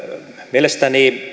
mielestäni